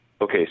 okay